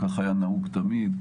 כך היה נהוג תמיד,